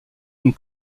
une